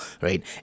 right